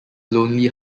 lonely